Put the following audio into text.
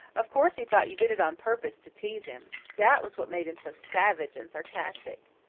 of course he thought you did it on purpose to tease him. that was what made him so savage and sarcastic.